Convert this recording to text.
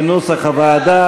כנוסח הוועדה,